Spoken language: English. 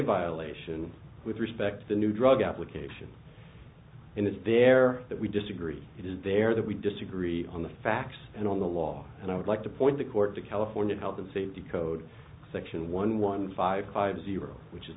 violation with respect to new drug application and is there that we disagree it is there that we disagree on the facts and on the law and i would like to point the court to california health and safety code section one one five five zero which is